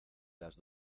las